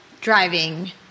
driving